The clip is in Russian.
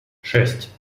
шесть